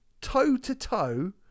toe-to-toe